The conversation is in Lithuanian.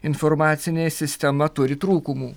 informacinė sistema turi trūkumų